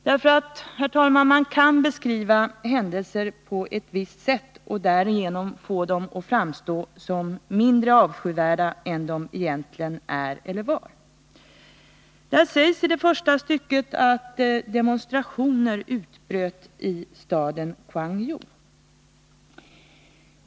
Man kan, herr talman, beskriva händelser på ett visst sätt och därigenom få dem att framstå som mindre avskyvärda än de egentligen är eller var. Det sägs i första stycket att demonstrationer utbröt i staden Kwangju.